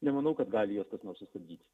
nemanau kad gali juos kas nors sustabdyti